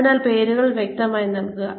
അതിനാൽ പേരുകൾ വ്യക്തമായി നൽകുക